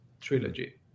trilogy